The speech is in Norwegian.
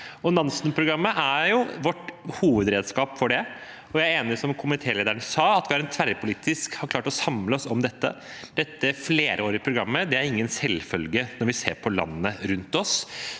Nansen-programmet er vårt hovedredskap for det, og jeg er enig i det komitélederen sa. Det at vi tverrpolitisk har klart å samle oss om dette flerårige programmet, er ingen selvfølge når vi ser på landene rundt oss.